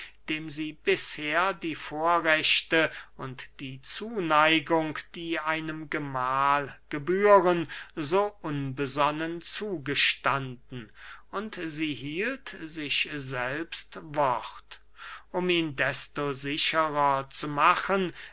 dem sie bisher die vorrechte und die zuneigung die einem gemahl gebühren so unbesonnen zugestanden und sie hielt sich selbst wort um ihn desto sicherer zu machen